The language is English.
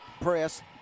press